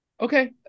Okay